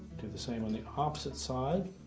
do the same on the opposite side.